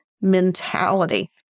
mentality